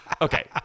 Okay